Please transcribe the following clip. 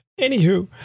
anywho